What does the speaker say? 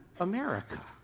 America